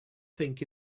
think